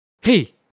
hey